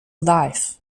life